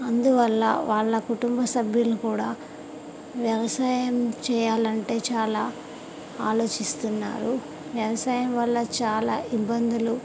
అందువల్ల వాళ్ళ కుటుంబ సభ్యులు కూడా వ్యవసాయం చేయాలంటే చాలా ఆలోచిస్తున్నారు వ్యవసాయం వల్ల చాలా ఇబ్బందులు